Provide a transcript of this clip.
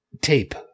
tape